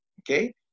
okay